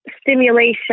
Stimulation